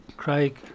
Craig